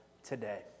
today